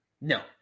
No